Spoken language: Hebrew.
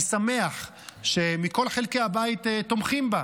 אני שמח שמכל חלקי הבית תומכים בה.